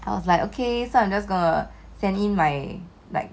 I was like okay so I'm just send in like